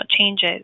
changes